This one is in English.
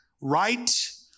right